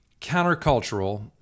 countercultural